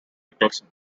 nicholson